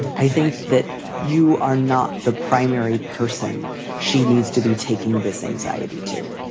i think that you are not the primary person she needs to be taking this anxiety to.